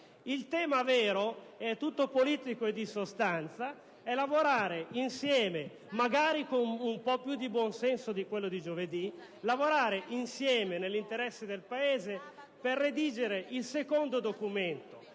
Il tema vero, tutto politico e di sostanza, è di lavorare insieme, magari con un po' più di buon senso di giovedì, nell'interesse del Paese per redigere un secondo documento.